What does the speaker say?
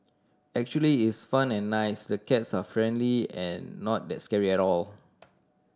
actually is fun and nice the cats are friendly and not that scary at all